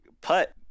putt